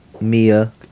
mia